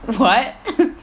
what